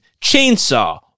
chainsaw